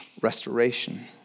restoration